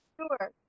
Sure